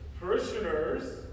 parishioners